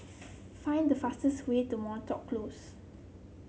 find the fastest way to Moreton Close